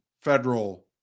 federal